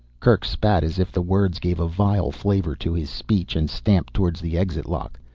kerk spat, as if the words gave a vile flavor to his speech, and stamped towards the exit lock.